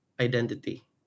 identity